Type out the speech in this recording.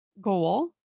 goal